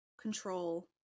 control